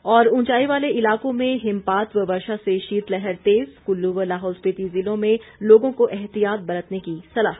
और ऊंचाई वाले इलाकों में हिमपात व वर्षा से शीतलहर तेज कुल्लू व लाहौल स्पीति ज़िलों में लोगों को एहतियात बरतने की सलाह